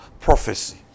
Prophecy